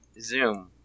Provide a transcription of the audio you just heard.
Zoom